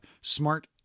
Smart